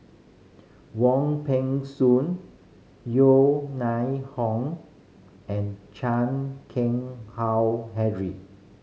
Wong Peng Soon Yeo Hong and Chan Keng Howe Harry